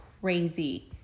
crazy